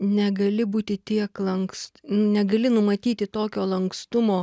negali būti tiek lankst negali numatyti tokio lankstumo